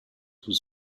was